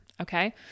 okay